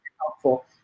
helpful